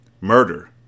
Murder